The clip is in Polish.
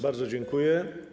Bardzo dziękuję.